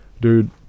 Dude